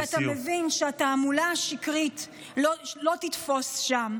כי אתה מבין שהתעמולה השקרית לא תתפוס שם,